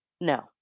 No